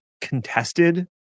contested